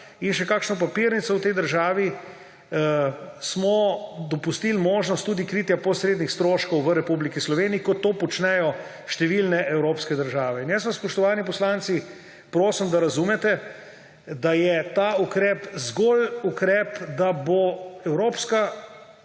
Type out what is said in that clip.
in še kakšno papirnico v tej državi, smo dopustili možnost tudi kritja posrednih stroškov v Republiki Sloveniji, kot to počnejo številne evropske države. In vas, spoštovani poslanci, prosim, da razumete, da je ta ukrep zgolj ukrep, da bo evropska